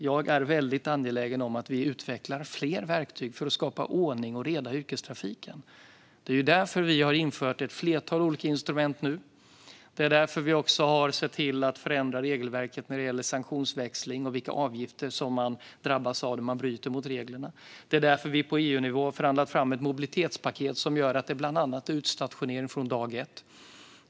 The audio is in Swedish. Jag är väldigt angelägen om att vi utvecklar fler verktyg för att skapa ordning och reda i yrkestrafiken. Det är därför vi nu har infört ett flertal olika instrument. Det är därför vi har sett till att förändra regelverket när det gäller sanktionsväxling och vilka avgifter som man drabbas av när man bryter mot reglerna. Det är därför vi på EU-nivå har förhandlat fram ett mobilitetspaket som gör att det bland annat är utstationering från dag ett.